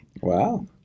Wow